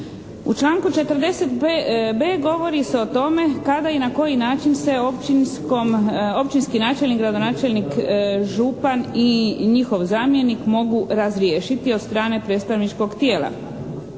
U članku 40. b, govori se o tome kada i na koji način se općinski načelnik, gradonačelnik, župan i njihov zamjenik mogu razriješiti od strane predstavničkog tijela.